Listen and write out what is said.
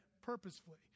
purposefully